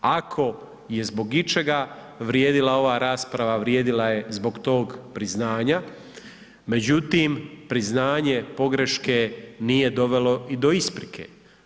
Ako je zbog ičega vrijedila ova rasprava, vrijedila je zbog tog priznanja, međutim priznanje pogreške nije dovelo i do isprike.